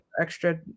extra